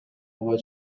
буга